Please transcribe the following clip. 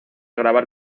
grabar